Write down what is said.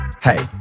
Hey